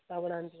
ସାବନାନ୍ତି